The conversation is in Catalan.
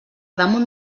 damunt